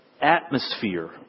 atmosphere